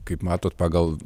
kaip matot pagal